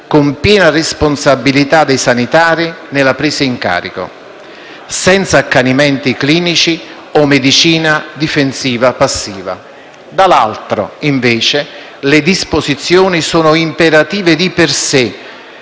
con piena responsabilità dei sanitari nella presa in carico, senza accanimenti clinici o medicina difensiva passiva. Le disposizioni sono invece imperative di per sé